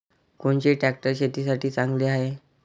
कोनचे ट्रॅक्टर शेतीसाठी चांगले हाये?